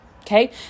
Okay